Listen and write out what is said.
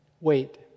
Wait